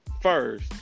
first